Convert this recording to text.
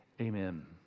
Amen